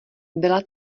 byla